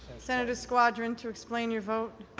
senator squadron to explain your vote.